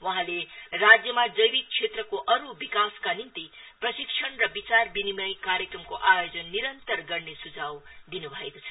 वहाँले राज्यमा जैविक क्षेत्रको अरू विकासका निम्ति प्रशिक्षण र विचार विनिमय कार्यक्रमको आयोजना निरन्तर गर्ने सुझाव दिनु भएको छ